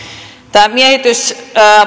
tämä miehitys